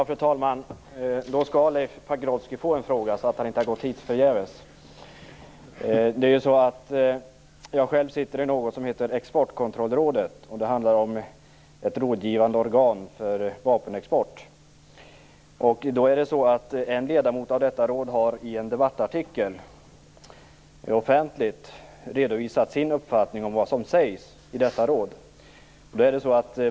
Fru talman! Nu skall Leif Pagrotsky få en fråga, så att han inte har gått hit förgäves. Jag sitter i något som heter Exportkontrollrådet. Det är ett rådgivande organ för vapenexport. En ledamot av detta råd har i en debattartikel offentligt redovisat sin uppfattning om vad som sägs i detta råd.